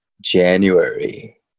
January